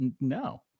No